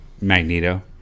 Magneto